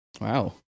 Wow